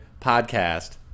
podcast